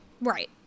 Right